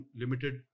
limited